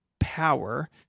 Power